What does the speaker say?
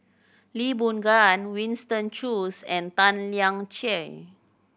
Lee Boon Ngan Winston Choos and Tan Lian Chye